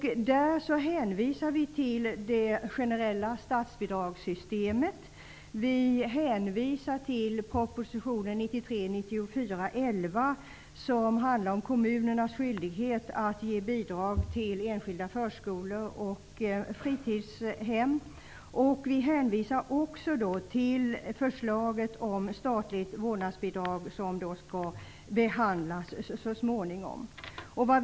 Där hänvisar vi till det generella statsbidragssystemet. Vi hänvisar till proposition 1993/94:11, som handlar om kommunernas skyldighet att ge bidrag till enskilda förskolor och fritidshem. Vi hänvisar också till förslaget om statligt vårdnadsbidrag, som så småningom skall behandlas.